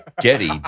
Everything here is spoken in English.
getty